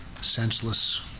senseless